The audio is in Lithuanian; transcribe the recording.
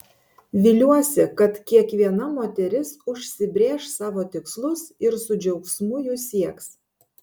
viliuosi kad kiekviena moteris užsibrėš savo tikslus ir su džiaugsmu jų sieks